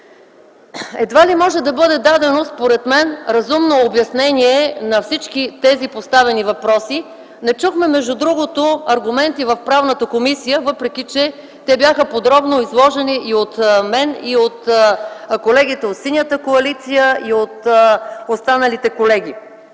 Едва ли може да бъде дадено според мен разумно обяснение на всички тези поставени въпроси. Не чухме аргументи в Правната комисия, независимо че бяха подробно изложени от мен, от колегите от Синята коалиция и от останалите колеги.